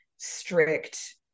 strict